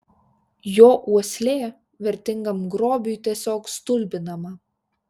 jo uoslė vertingam grobiui tiesiog stulbinama